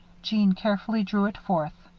jeanne carefully drew it forth.